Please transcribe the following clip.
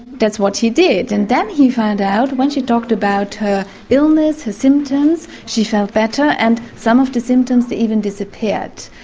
that's what he did and then he found out when she talked about her illness, her symptoms, she felt better and some of the symptoms even disappeared.